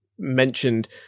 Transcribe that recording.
mentioned